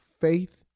faith